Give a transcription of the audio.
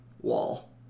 wall